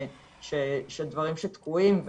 שהדברים תקועים,